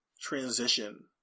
transition